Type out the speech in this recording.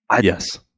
Yes